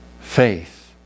faith